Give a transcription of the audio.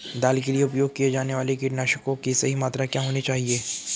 दाल के लिए उपयोग किए जाने वाले कीटनाशकों की सही मात्रा क्या होनी चाहिए?